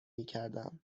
میکردم